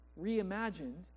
reimagined